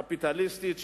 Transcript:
קפיטליסטית,